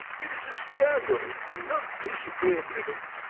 it is a scandal, and no decent way of living.